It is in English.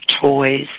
toys